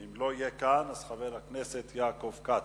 ואם הוא לא יהיה כאן, חבר הכנסת יעקב כץ.